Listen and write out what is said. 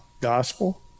gospel